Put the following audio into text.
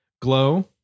Glow